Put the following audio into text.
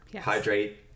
hydrate